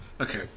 Okay